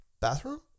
bathroom